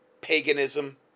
paganism